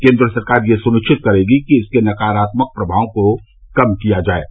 केन्द्र सरकार यह भी सुनिश्चित करेगी कि इसके नकारात्मक प्रभावों को कम किया जाएगा